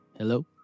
Hello